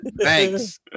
Thanks